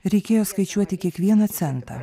reikėjo skaičiuoti kiekvieną centą